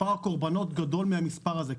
מספר הקורבנות גדול מהמספר הזה,